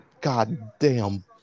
goddamn